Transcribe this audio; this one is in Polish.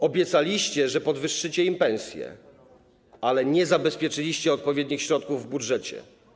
Obiecaliście, że podwyższycie im pensje, ale nie zabezpieczyliście odpowiednich środków w budżecie.